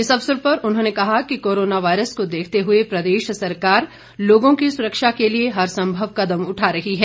इस अवसर पर उन्होंने कहा कि कोरोना वायरस को देखते हुए प्रदेश सरकार लोगों की सुरक्षा के लिए हर संभव कदम उठा रही है